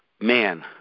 Man